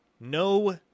No